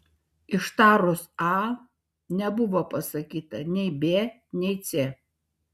ištarus a nebuvo pasakyta nei b nei c